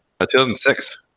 2006